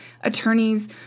attorneys